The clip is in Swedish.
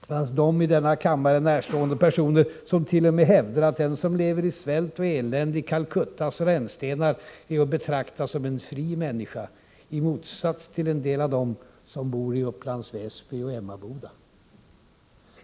Det finns dem i denna kammare närstående personer som t.o.m. hävdar att den som lever i svält och elände i Calcuttas rännstenar är att betrakta såsom en fri människa i motsats till en del av dem som bor i Upplands Väsby och Emmaboda.